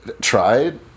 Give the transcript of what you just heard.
tried